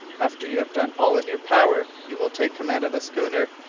after you have done all in your power, you will take command of the schooner,